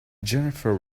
jennifer